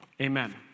amen